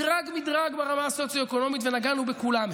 מדרג-מדרג ברמה הסוציו-אקונומית, ונגענו בכולם.